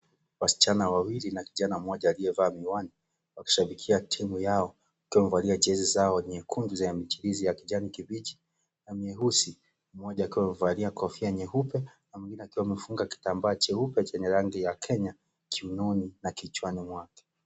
Wasichana wawili na kijana mmoja aliyevaa miwani wakishabikia timu yao wakiwa wamevalia jezi zao nyekundu zenye michirizi ya kijani kibichi na mieusi, mmoja akiwa amevalia kofia nyeupe na mwingine akiwa amefunga kitambaa cheupe chenye rangi ya Kenya kiunoni na kichwani mwake.